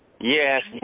yes